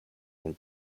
and